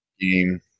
game